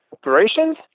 operations